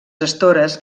estores